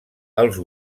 els